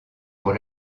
pour